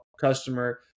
customer